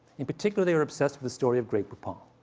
in particular, they were obsessed with the story of grey poupon.